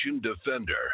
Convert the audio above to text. defender